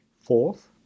Fourth